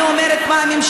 מה זאת